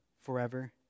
forever